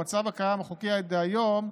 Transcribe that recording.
במצב החוקי הקיים היום,